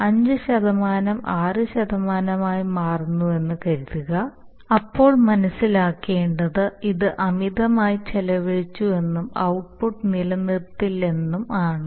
അഞ്ച് ശതമാനം ആറ് ശതമാനമായി മാറുന്നുവെന്ന് കരുതുക അപ്പോൾ മനസ്സിലാക്കേണ്ടത് ഇത് അമിതമായി ചെലവഴിച്ചുവെന്നും ഔട്ട്പുട്ട് നിലനിർത്തില്ലെന്നും ആണ്